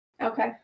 Okay